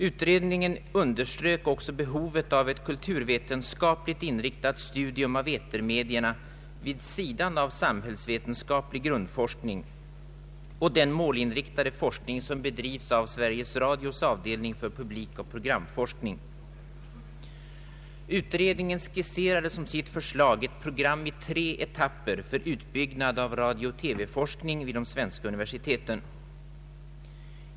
Utredningen underströk också behovet av ett kulturvetenskapligt inriktat studium av etermedierna vid sidan av samhällsvetenskaplig grundforskning och den målinriktade forskning som bedrivs av Sveriges Radios avdelning för publikoch programforskning. Utredningen skisserade som sitt förslag ett program i tre etapper för utbyggnad av radio/ TV-forskning vid de svenska universiteten.